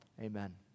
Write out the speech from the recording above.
Amen